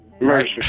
Mercy